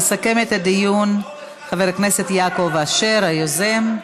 יסכם את הדיון חבר הכנסת יעקב אשר, היוזם.